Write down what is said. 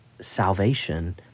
salvation